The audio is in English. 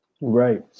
Right